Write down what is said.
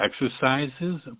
exercises